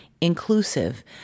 inclusive